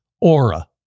Aura